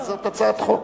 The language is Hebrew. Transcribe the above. וזאת הצעת חוק.